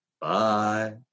Bye